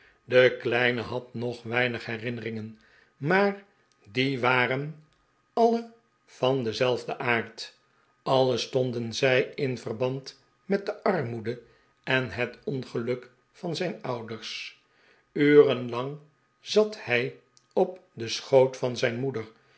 de kleine had nog weinig herinneringen maar die waren alle van denzelfden aard alle stonden zij in verband met de armoede en het ongeluk van zijn ouders uren lang z at hij op den schoo t van zijn moeder